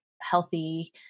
healthy